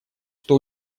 что